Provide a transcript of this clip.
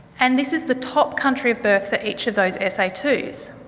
and this is the top country of birth for each of those s a two s.